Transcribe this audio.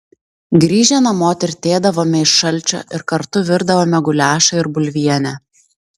grįžę namo tirtėdavome iš šalčio ir kartu virdavome guliašą ir bulvienę